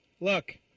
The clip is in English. Look